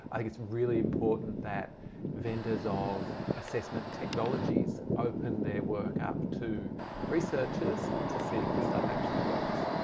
i think it's really important that vendors of assessment technologies open their work up to researchers to see if the stuff actually works.